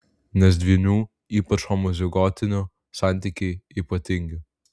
nes dvynių ypač homozigotinių santykiai ypatingi